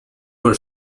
were